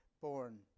born